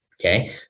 Okay